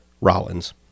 Rollins